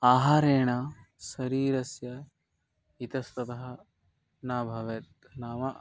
आहारेण शरीरस्य इतस्ततः न भवेत् नाम